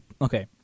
okay